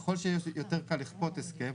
ככל שיהיה יותר קל לכפות הסכם,